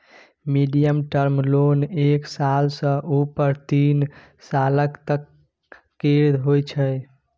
medium term loan एक साल सँ उपर तीन सालक तक केर होइ छै